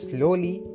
Slowly